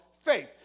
faith